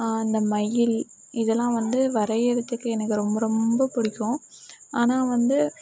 அந்த மயில் இதெல்லாம் வந்து வரையிறதுக்கு எனக்கு ரொம்ப ரொம்ப பிடிக்கும் ஆனால் வந்து